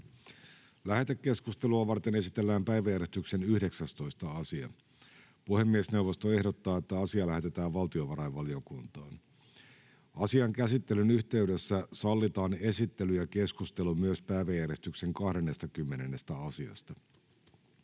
Lähetekeskustelua varten esitellään päiväjärjestyksen 19. asia. Puhemiesneuvosto ehdottaa, että asia lähetetään valtiovarainvaliokuntaan. Asian käsittelyn yhteydessä sallitaan esittely ja keskustelu myös päiväjärjestyksen 20. asiasta.